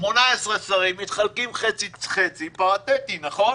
18 שרים, מתחלקים חצי-חצי פריטטי, נכון?